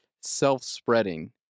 self-spreading